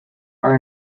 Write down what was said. are